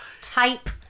type